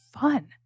fun